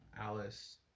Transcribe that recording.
Alice